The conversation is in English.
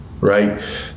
right